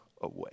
away